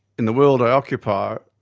in the world i occupy,